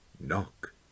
knock